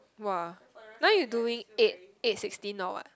!wah! now you doing eight eight sixteen or what